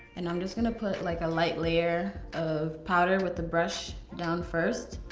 and i'm just gonna put like a light layer of powder with the brush down first.